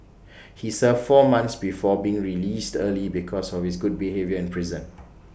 he served four months before being released early because of his good behaviour in prison